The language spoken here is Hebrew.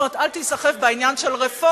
כלומר, אל תיסחף בעניין של רפורמה,